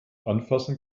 anfassen